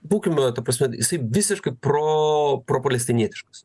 būkime ta prasme jisai visiška pro propalestinietiškas